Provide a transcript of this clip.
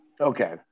Okay